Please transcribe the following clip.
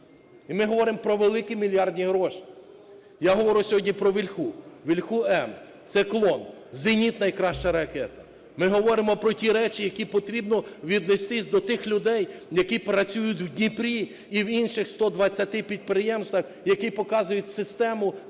І ми говоримо про великі мільярдні гроші. Я говорю сьогодні про "Вільху", "Вільху-М" – це клон. "Зеніт" – найкраща ракета. Ми говоримо про ті речі, які потрібно віднестись до тих людей, які працюють в Дніпрі і в інших 120 підприємствах, які показують систему технології,